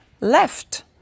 left